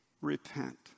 repent